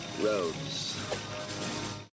roads